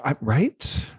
right